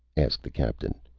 asked the captain,